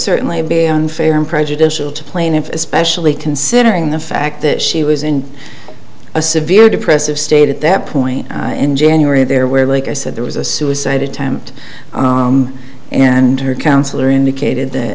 certainly would be unfair and prejudicial to plaintiffs especially considering the fact that she was in a severe depressive state at that point in january there where like i said there was a suicide attempt and her counselor indicated th